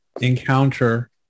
encounter